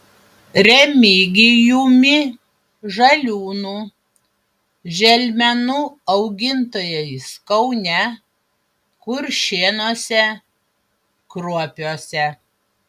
remigijumi žaliūnu želmenų augintojais kaune kuršėnuose kruopiuose